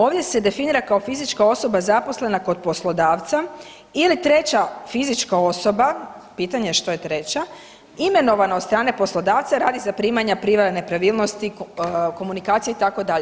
Ovdje se definira kao fizička osoba zaposlena kod poslodavca ili treća fizička osoba, pitanje je što je treća, imenovana od strane poslodavca radi zaprimanja prijave nepravilnosti, komunikacije, itd.